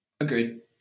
Agreed